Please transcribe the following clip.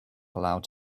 allowed